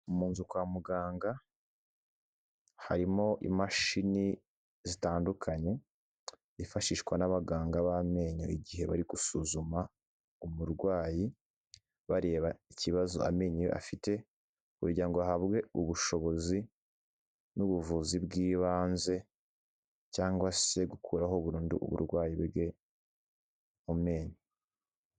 Mu nzu kwa muganga harimo imashini zitandukanye zifashishwa n'abaganga b'amenyo igihe bari gusuzuma umurwayi bareba ikibazo amenyo ye afite kugira ngo ahabwe ubushobozi n'ubuvuzi bw'ibanze cyangwa se gukuraho burundu uburwayi bwe mu menyo.